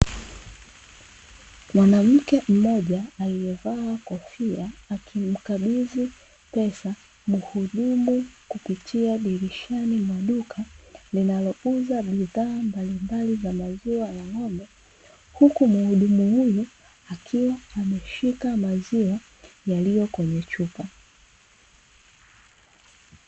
Mwanamke mmoja aliyevaa kofia, akimkabidhi pesa mhudumu kupitia dirishani mwa duka linalouza bidhaa mbalimbali za maziwa ya ng'ombe, huku mhudumu huyo akiwa ameshika maziwa yaliyo kwenye chupa.